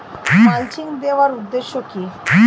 Mulching দেওয়ার উদ্দেশ্য কি?